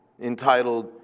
entitled